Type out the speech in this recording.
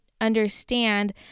understand